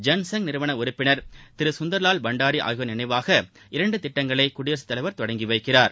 ஜன்சங் நிறுவன உறுப்பினர் திரு சுந்தர்லால் பண்டாரி ஆகியோர் நினைவாக இரண்டு திட்டங்களை குடியரசுத் தலைவர் தொடங்கிவைக்கிறார்